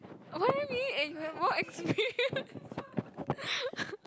what do you mean have more experience